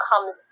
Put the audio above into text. comes